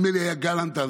נדמה לי היה גלנט אז,